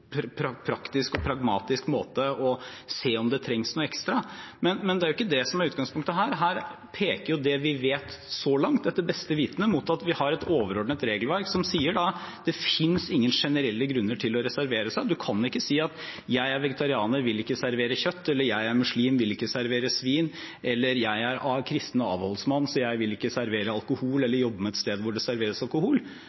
praktisk og pragmatisk måte og se om det trengs noe ekstra. Men det er jo ikke det som er utgangspunktet her. Her peker det vi vet så langt, etter beste vitende, mot at vi har et overordnet regelverk som sier at det finnes ingen generelle grunner til å reservere seg. Du kan ikke si at jeg er vegetarianer og vil ikke servere kjøtt, eller jeg er muslim og vil ikke servere svin, eller jeg er kristen avholdsmann og vil ikke servere alkohol